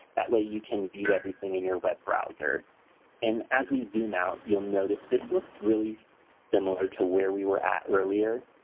that way you can view everything in your web browser. and as we zoom out, you'll notice this looks really similar to where we were at earlier.